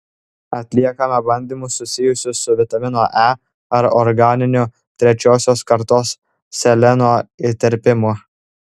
atliekame bandymus susijusius su vitamino e ar organiniu trečiosios kartos seleno įterpimu